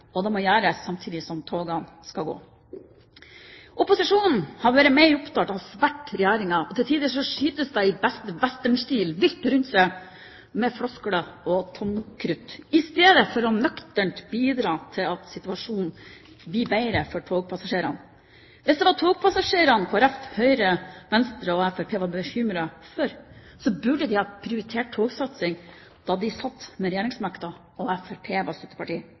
og det må gjøres samtidig som togene skal gå. Opposisjonen har vært mer opptatt av å sverte Regjeringen, og til tider skytes det rundt i beste westernstil med floskler og tomkrutt, i stedet for nøkternt å bidra til at situasjonen blir bedre for togpassasjerene. Hvis det var togpassasjerene Kristelig Folkeparti, Høyre, Venstre og Fremskrittspartiet var bekymret for, burde de ha prioritert togsatsing da de satt med regjeringsmakten og Fremskrittspartiet var støtteparti.